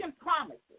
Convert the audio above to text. promises